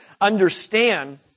understand